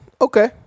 Okay